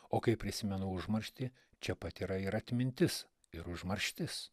o kai prisimenu užmarštį čia pat yra ir atmintis ir užmarštis